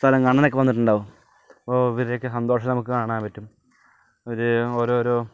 കറങ്ങാനൊക്കെ വന്നിട്ടുണ്ടാവും ഇവരുടേക്കെ സന്തോഷം നമുക്ക് കാണാൻ പറ്റും ഒര് ഓരോരോ